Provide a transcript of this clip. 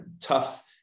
tough